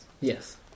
yes